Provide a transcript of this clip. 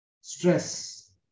Stress